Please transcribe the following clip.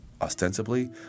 ostensibly